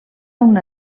una